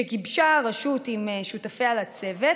שגיבשה הרשות עם שותפיה לצוות,